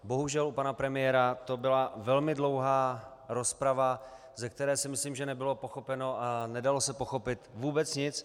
Bohužel u pana premiéra to byla velmi dlouhá rozprava, ze které si myslím, že nebylo pochopeno a nedalo se pochopit vůbec nic.